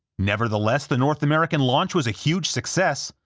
nevertheless, the north american launch was a huge success,